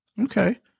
okay